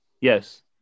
Yes